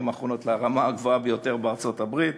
האחרונות לרמה הגבוהה ביותר בארצות-הברית